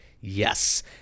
yes